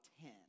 ten